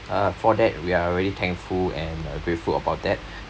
uh for that we are really thankful and grateful about that